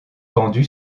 pendue